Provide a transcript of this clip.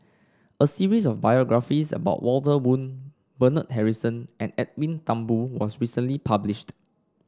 a series of biographies about Walter Woon Bernard Harrison and Edwin Thumboo was recently published